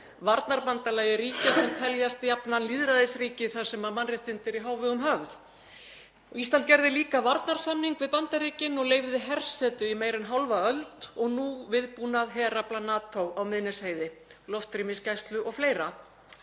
varnarbandalagi ríkja sem teljast jafnan lýðræðisríki þar sem mannréttindi eru í hávegum höfð. Ísland gerði líka varnarsamning við Bandaríkin og leyfði hersetu í meira en hálfa öld og nú viðbúnað herafla NATO á Miðnesheiði, loftrýmisgæslu og fleira.